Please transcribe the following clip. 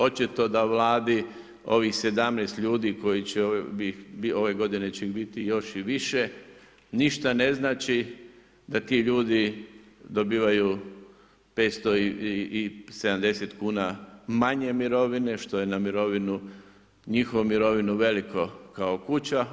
Očito da Vladi ovih 17 ljudi koji će, ove godine će ih biti još i više, ništa ne znači da ti ljudi dobivaju 570 kuna manje mirovine što je na mirovinu njihovu mirovinu veliko kao kuća.